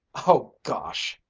oh gosh!